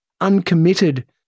uncommitted